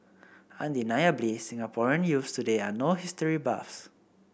undeniably Singaporean youths today are no history buffs